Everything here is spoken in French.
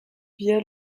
via